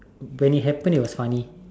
when it happened it was funny